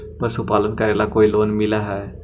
पशुपालन करेला कोई लोन मिल हइ?